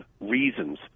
reasons